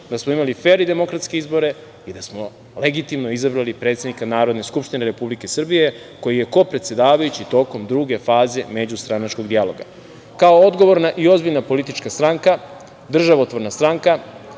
da smo imali fer i demokratske izbore i da smo legitimno izabrali predsednika Narodne skupštine Republike Srbije koji je kopredsedavajući tokom druge faze međustranačkog dijaloga. Kao odgovorna i ozbiljna politička stranka, državotvorna stranka